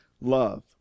love